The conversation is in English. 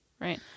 Right